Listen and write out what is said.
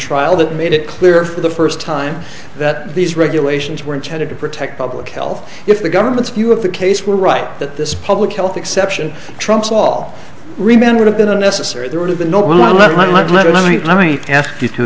trial that made it clear for the first time that these regulations were intended to protect public health if the government's view of the case were right that this public health exception trumps all remain would have been unnecessary there would have been no one no one let me let me ask you to